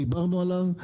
דיברנו עליו,